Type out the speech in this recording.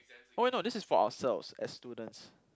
oh why no this is for ourselves as students